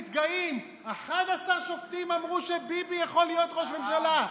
מתגאים: 11 שופטים אמרו שביבי יכול להיות ראש ממשלה.